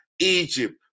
Egypt